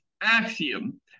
Axiom